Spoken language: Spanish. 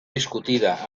discutida